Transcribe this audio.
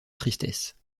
tristesse